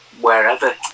wherever